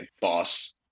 boss